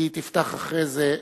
כי היא תפתח אחרי זה,